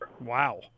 Wow